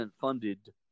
funded